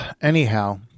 Anyhow